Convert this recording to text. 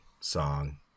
song